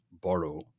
borrow